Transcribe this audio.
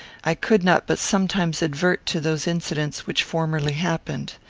i could not but sometimes advert to those incidents which formerly happened.